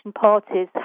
parties